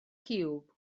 ciwb